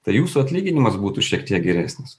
tai jūsų atlyginimas būtų šiek tiek geresnis